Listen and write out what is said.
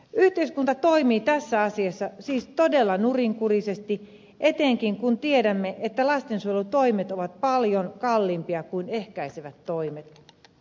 yhteiskunta toimii tässä asiassa siis todella nurinkurisesti etenkin kun tiedämme että lastensuojelutoimet ovat paljon kalliimpia kuin ehkäisevät toimet